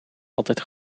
altijd